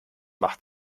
macht